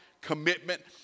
commitment